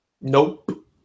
Nope